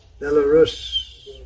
Belarus